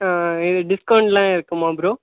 ஆ இது டிஸ்கௌண்ட்லாம் இருக்குமா ப்ரோ